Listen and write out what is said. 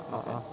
a'ah